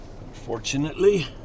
unfortunately